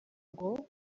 ngo